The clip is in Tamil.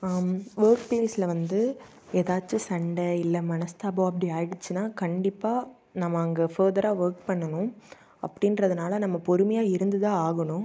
ஒர்க் பிளேசில் வந்து எதாச்சும் சண்டை இல்லை மனஸ்தாபம் அப்படி ஆகிடுச்சின்னா கண்டிப்பாக நம்ம அங்கே ஃபர்தராக ஒர்க் பண்ணணும் அப்படின்றதுனால நம்ம பொறுமையாக இருந்துதான் ஆகணும்